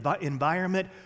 environment